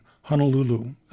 Honolulu